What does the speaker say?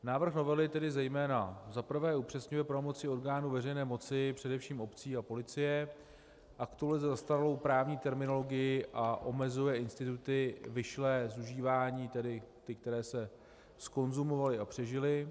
Návrh novely tedy zejména za prvé upřesňuje pravomoci orgánů veřejné moci, především obcí a policie, aktualizuje zastaralou právní terminologii a omezuje instituty vyšlé z užívání, tedy ty, které se zkonzumovaly a přežily.